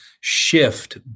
shift